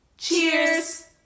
Cheers